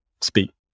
speak